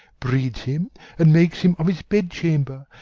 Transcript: breeds him and makes him of his bed-chamber,